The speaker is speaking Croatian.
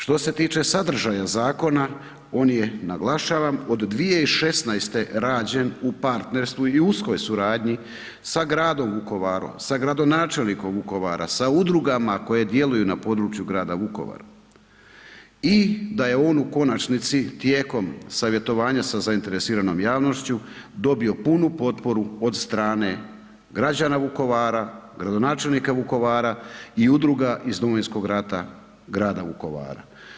Što se tiče sadržaja zakona, on je naglašavam od 2016. rađen u partnerstvu i uskoj suradnji sa gradom Vukovarom, sa gradonačelnikom Vukovara, sa udrugama koje djeluju na području grada Vukovara i da je on u konačnici tijekom savjetovanja sa zainteresiranom javnošću dobio punu potporu od strane građana Vukovara, gradonačelnika Vukovara i udruga iz Domovinskog rata grada Vukovara.